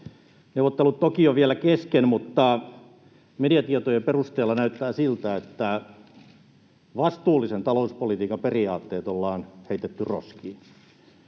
Neuvottelut toki ovat vielä kesken, mutta mediatietojen perusteella näyttää siltä, että vastuullisen talouspolitiikan periaatteet ollaan heitetty roskiin.